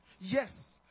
yes